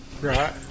Right